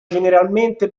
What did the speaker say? generalmente